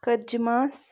خٔتجہِ ماس